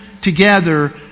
together